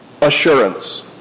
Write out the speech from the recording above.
assurance